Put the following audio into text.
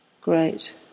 Great